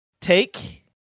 take